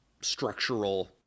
structural